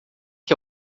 que